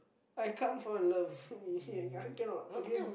I can't fall in love uh I cannot against